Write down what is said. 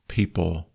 People